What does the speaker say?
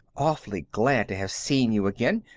awfully glad to have seen you again.